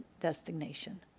destination